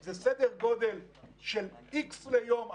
זה סדר גודל של X ליום,